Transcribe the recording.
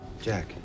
Jack